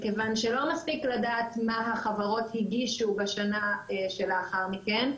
מכיוון שלא מספיק לדעת מה החברות הגישו בשנה שלאחר מכן,